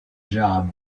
job